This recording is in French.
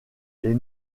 les